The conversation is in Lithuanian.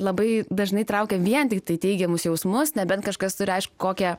labai dažnai traukia vien tiktai teigiamus jausmus nebent kažkas turi aišku kokią